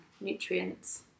nutrients